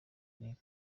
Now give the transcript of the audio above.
nic